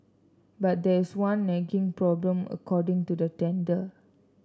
but there is one nagging problem according to the tender